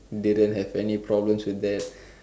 didn't have any problems with that